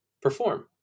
perform